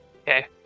Okay